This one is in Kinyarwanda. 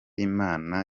imana